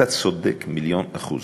אתה צודק במיליון אחוז,